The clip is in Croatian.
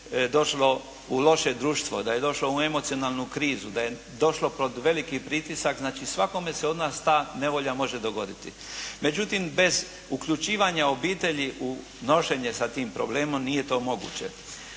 dijete došlo u loše društvo, da je došlo u emocionalnu krizu, da je došlo pod veliki pritisak. Znači, svakome se ta nevolja može dogoditi. Međutim, bez uključivanja obitelji u nošenje sa tim problemom nije to moguće.